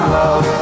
love